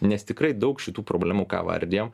nes tikrai daug šitų problemų ką vardijam